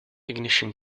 ignition